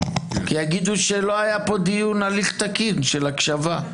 כי יגידו שלא היה פה הליך תקין של הקשבה.